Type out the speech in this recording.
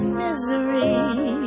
misery